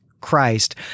Christ